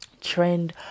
trend